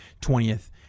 20th